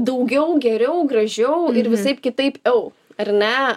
daugiau geriau gražiau ir visaip kitaip eu ar ne